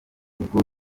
ubwo